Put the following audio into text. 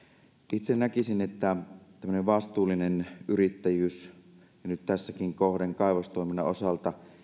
itse näkisin että tämmöinen vastuullinen yrittäjyys tässäkin kohden kaivostoiminnan osalta